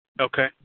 Okay